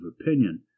opinion